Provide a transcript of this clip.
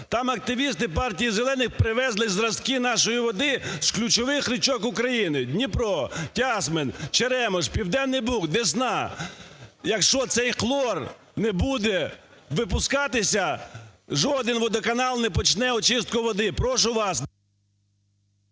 Там активісти Партії Зелених привезли зразки нашої води з ключових річок України: Дніпро, Тясмин, Черемош, Південний Буг, Десна. Якщо цей хлор не буде випускатися, жоден водоканал не почне очистку води. ГОЛОВУЮЧИЙ.